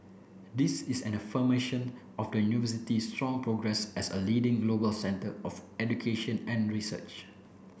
this is an affirmation of the University's strong progress as a leading global center of education and research